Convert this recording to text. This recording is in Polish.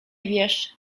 wiesz